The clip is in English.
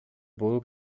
bull